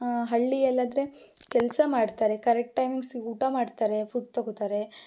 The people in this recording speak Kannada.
ಹಳ್ಳಿಯಲ್ಲಾದರೆ ಕೆಲಸ ಮಾಡ್ತಾರೆ ಕರೆಕ್ಟ್ ಟೈಮಿಂಗ್ಸಿಗೆ ಊಟ ಮಾಡ್ತಾರೆ ಫುಡ್ ತೊಗೋತಾರೆ